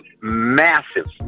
massive